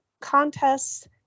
contests